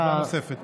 עוד הודעה נוספת.